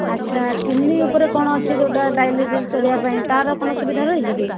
ଆଚ୍ଛା କିଡ଼ନୀ ଉପରେ କ'ଣ ଅଛି ଯେଉଁଟା ଡାଇଲିସିସ୍ କରିବା ପାଇଁ ତା'ର କ'ଣ ସୁବିଧା ରହିଛି କି